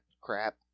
crap